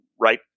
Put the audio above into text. right